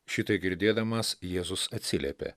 šitai girdėdamas jėzus atsiliepė